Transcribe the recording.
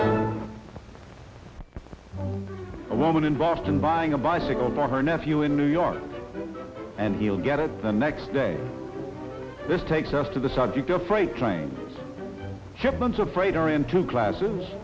was a woman in boston buying a bicycle for her nephew in new york and he'll get it the next day this takes us to the subject of freight train shipments a freighter into class